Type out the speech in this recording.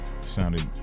sounded